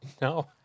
No